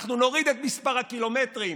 אנחנו נוריד את מספר הקילומטרים,